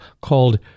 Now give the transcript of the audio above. called